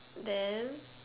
then